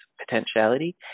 potentiality